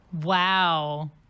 Wow